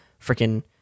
freaking